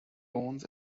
owns